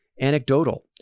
anecdotal